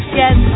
yes